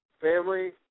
family